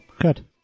good